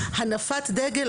הנפת דגל,